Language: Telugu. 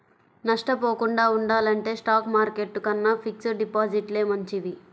నష్టపోకుండా ఉండాలంటే స్టాక్ మార్కెట్టు కన్నా ఫిక్స్డ్ డిపాజిట్లే మంచివి